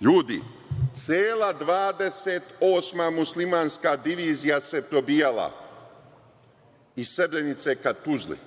Ljudi, cela 28. muslimanska divizija se probijala iz Srebrenice ka Tuzli,